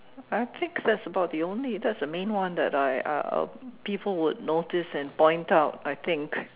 I think that's about the only that's the main one that I I people will notice and point out I think